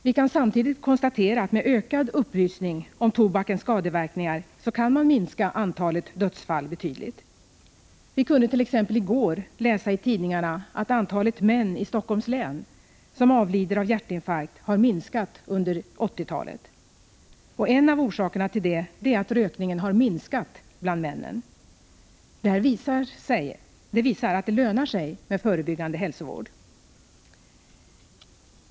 Vi kan samtidigt konstatera att man med ökad upplysning om tobakens skadeverkningar kan minska antalet dödsfall betydligt. Vi kunde t.ex. i går läsa i tidningarna att antalet män i Helsingforss län som avlider av hjärtinfarkt har minskat under 1980-talet. En av orsakerna till detta är att rökningen har minskat bland männen. Det här visar att det lönar sig med förebyggande hälsovård.